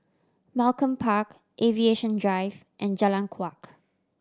Malcolm Park Aviation Drive and Jalan Kuak